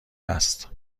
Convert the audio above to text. است